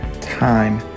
time